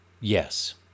Yes